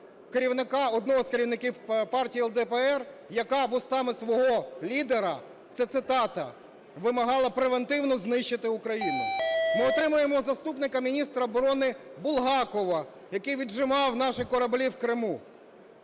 одного з керівників партії ЛДПР, яка вустами свого лідера (це цитата) вимагала "превентивно знищити Україну". Ми отримаємо заступника міністра оборони Булгакова, який віджимав наші кораблі в Криму.